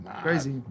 Crazy